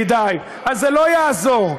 ידידי, זה לא יעזור,